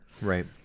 right